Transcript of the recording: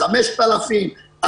5,000,